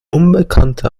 unbekannte